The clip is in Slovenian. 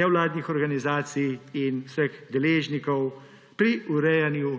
nevladnih organizacij in vseh deležnikov pri urejanju